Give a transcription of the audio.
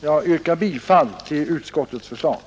Jag yrkar bifall till utskottets hemställan.